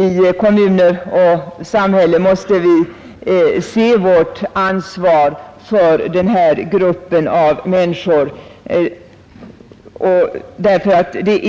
I kommuner och samhälle måste vi se vårt ansvar för denna grupp av människor, därför att den